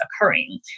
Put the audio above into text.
occurring